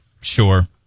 sure